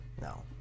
No